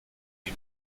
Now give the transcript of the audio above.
die